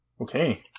Okay